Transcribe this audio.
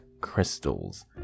crystals